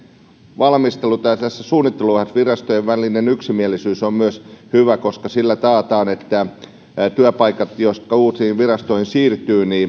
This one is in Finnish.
valmistelun tässä suunnitteluvaiheessa virastojen välinen yksimielisyys on myös hyvä koska sillä taataan että työpaikoilla jotka uusiin virastoihin siirtyvät